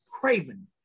craven